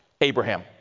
Abraham